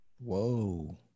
whoa